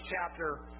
chapter